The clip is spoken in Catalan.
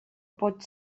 pot